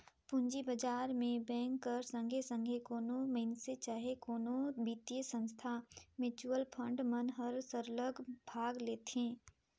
पूंजी बजार में बेंक कर संघे संघे कोनो मइनसे चहे कोनो बित्तीय संस्था, म्युचुअल फंड मन हर सरलग भाग लेथे